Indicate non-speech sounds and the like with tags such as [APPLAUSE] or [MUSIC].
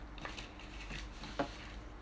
[NOISE]